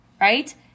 right